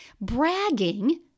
Bragging